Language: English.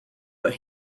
but